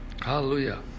Hallelujah